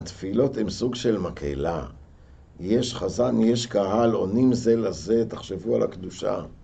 התפילות הן סוג של מקהילה, יש חזן, יש קהל, עונים זה לזה, תחשבו על הקדושה.